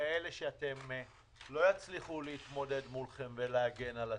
כאלה שלא יצליחו להתמודד מולכם ולהגן על עצמם.